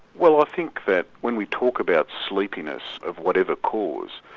well i think that when we talk about sleepiness, of whatever cause,